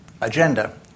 agenda